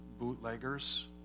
bootleggers